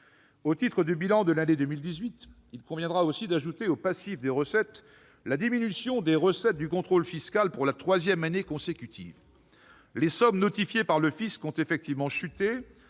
Au titre du bilan de l'année 2018, il conviendra aussi d'ajouter au passif la diminution des recettes du contrôle fiscal pour la troisième année consécutive. Les sommes notifiées par le fisc ont effectivement chuté,